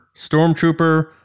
Stormtrooper